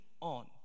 on